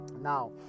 now